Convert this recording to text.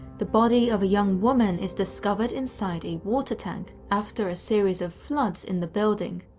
the body of a young woman is discovered inside a water tank, after a series of floods in the building.